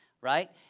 right